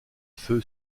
feu